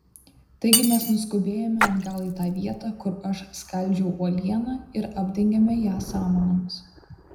taigi mes nuskubėjome atgal į tą vietą kur aš skaldžiau uolieną ir apdengėme ją samanomis